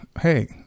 hey